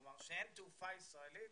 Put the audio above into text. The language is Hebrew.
כלומר, אין תעופה ישראלית,